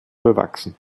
bewachsen